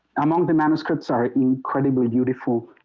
among the manuscripts are incredibly beautiful.